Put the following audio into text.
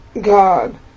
God